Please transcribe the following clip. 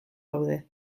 gaude